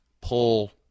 pull